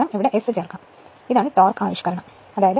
അതിനാൽ ഇതാണ് ടോർക്ക് ആവിഷ്കരണം ഇതാണ് സമവാക്യം 27